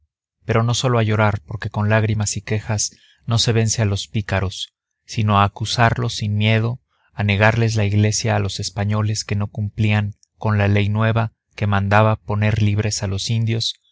pero no sólo a llorar porque con lágrimas y quejas no se vence a los pícaros sino a acusarlos sin miedo a negarles la iglesia a los españoles que no cumplían con la ley nueva que mandaba poner libres a los indios